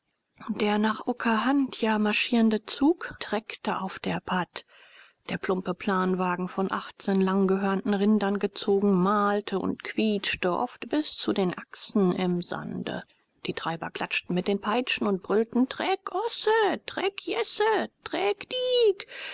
der nach okahandja marschierende zug treckte auf der pad der plumpe planwagen von achtzehn langgehörnten rindern gezogen mahlte und quietschte oft bis zu den achsen im sande die treiber klatschten mit den peitschen und brüllten treck osse treck jesse treck diek